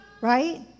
right